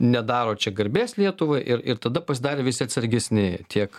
nedaro čia garbės lietuvai ir ir tada pasidarė visi atsargesni tiek